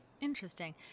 interesting